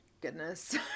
goodness